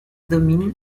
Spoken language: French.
domine